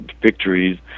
victories